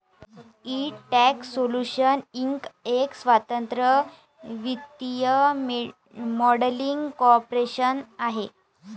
Intex Solutions Inc एक स्वतंत्र वित्तीय मॉडेलिंग कॉर्पोरेशन आहे